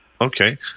Okay